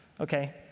okay